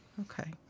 Okay